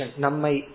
Namai